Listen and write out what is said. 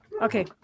Okay